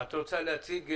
מיקי, את רוצה להציג?